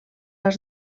als